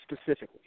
specifically